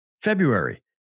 February